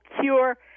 cure